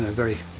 ah very